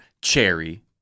cherry